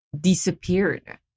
disappeared